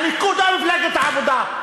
הליכוד או מפלגת העבודה?